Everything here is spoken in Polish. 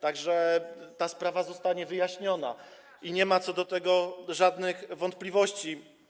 Tak że ta sprawa zostanie wyjaśniona i nie ma co do tego żadnych wątpliwości.